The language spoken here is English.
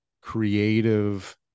creative